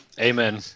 Amen